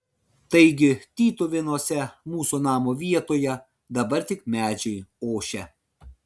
taigi tytuvėnuose mūsų namo vietoje dabar tik medžiai ošia